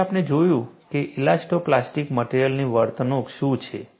પછી આપણે જોયું કે ઇલાસ્ટો પ્લાસ્ટિક મટેરીઅલની વર્તણૂક શું છે